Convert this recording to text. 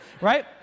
Right